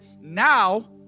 now